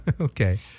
Okay